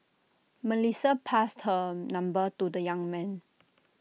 Melissa passed her number to the young man